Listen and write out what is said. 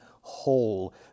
whole